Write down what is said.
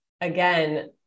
again